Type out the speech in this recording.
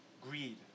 greed